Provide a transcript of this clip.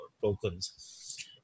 tokens